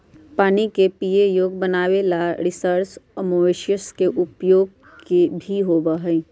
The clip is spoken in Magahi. पानी के पीये योग्य बनावे ला रिवर्स ओस्मोसिस के उपयोग भी होबा हई